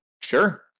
Sure